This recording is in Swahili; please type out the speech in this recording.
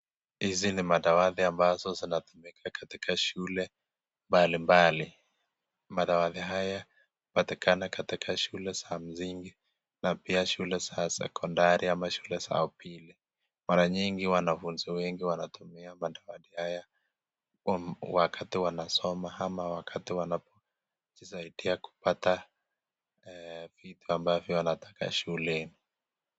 Hizi ni madawati ambazo zinatumika katika shule mbalimbali. Madawati haya hupatikana katika shule za msingi na pia shule za sekondari ama shule za upili. Mara nyingi wanafunzi wengi wanatumia madawati haya kwa wakati wanasoma ama wakati wanajisaidia kupata vitu ambavyo anataka shule.